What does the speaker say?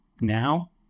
Now